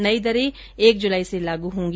नई दरें एक जुलाई से लागू होगी